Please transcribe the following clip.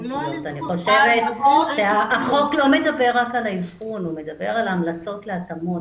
אני חושבת שהחוק לא מדבר על האבחון הוא מדבר על המלצות להתאמות